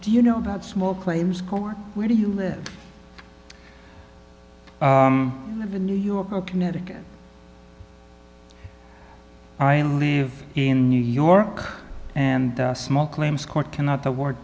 do you know that small claims court where do you live live in new york or connecticut i live in new york and small claims court cannot award